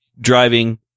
driving